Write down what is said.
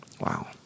Wow